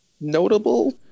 notable